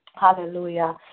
Hallelujah